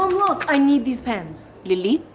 look, i need these pens. lilly,